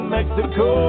Mexico